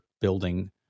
building